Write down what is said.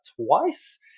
twice